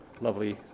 lovely